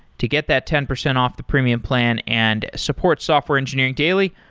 to get that ten percent off the premium plan and support software engineering daily,